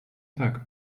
tak